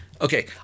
Okay